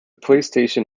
playstation